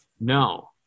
No